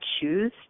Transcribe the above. choose